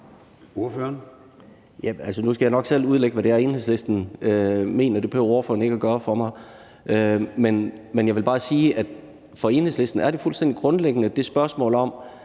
Nu skal jeg nok selv udlægge, hvad det er, Enhedslisten mener. Det behøver ordføreren ikke at gøre for mig. Men jeg vil bare sige, at for Enhedslisten er det fuldstændig grundlæggende et spørgsmål om,